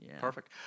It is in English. Perfect